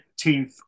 18th